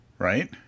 Right